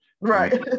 Right